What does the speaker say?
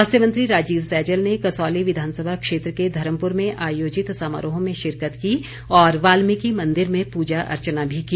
स्वास्थ्य मंत्री राजीव सैजल ने कसौली विधानसभा क्षेत्र के धर्मपुर में आयोजित समारोह में शिरकत की और वाल्मिकी मंदिर में पूजा अर्चना भी की